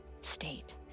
state